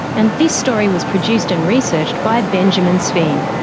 and this story was produced and researched by benjamin sveen.